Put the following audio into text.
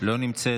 לא נמצאת.